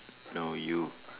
no you